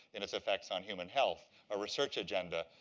and its effects on human health a research agenda.